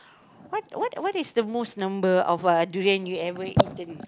what what what is the most number of uh durian you ever eaten